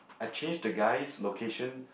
I changed the guy's location